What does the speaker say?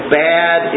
bad